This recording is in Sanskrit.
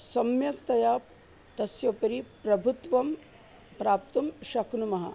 सम्यक्तया तस्योपरि प्रभुत्वं प्राप्तुं शक्नुमः